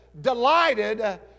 delighted